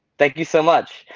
thank you so much.